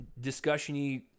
discussion-y